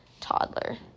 toddler